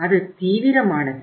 அது தீவிரமானது